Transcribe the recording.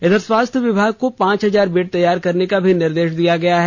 इधर स्वास्थ्य विभाग को पांच हजार बेड तैयार करने का भी निर्देश दिया गया है